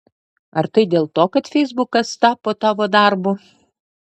ar tai dėl to kad feisbukas tapo tavo darbu